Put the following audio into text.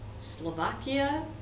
Slovakia